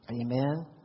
amen